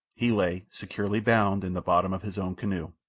he lay, securely bound, in the bottom of his own canoe.